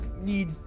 need